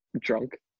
drunk